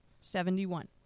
Seventy-one